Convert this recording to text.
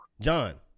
John